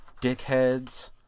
dickheads